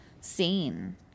scene